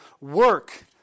Work